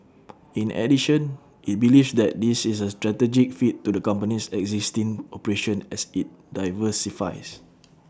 in addition IT believes that this is A strategic fit to the company's existing operation as IT diversifies